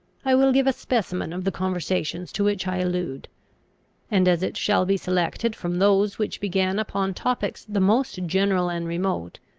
i will give a specimen of the conversations to which i allude and, as it shall be selected from those which began upon topics the most general and remote,